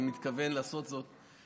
אני מתכוון לעשות זאת.